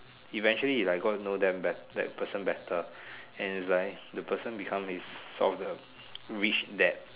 eventually he like got to know them that person better and is like that person become like his rich dad